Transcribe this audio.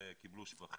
קיבלו שבחים.